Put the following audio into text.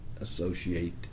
associate